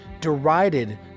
derided